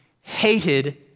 hated